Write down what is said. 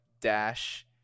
dash